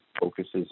focuses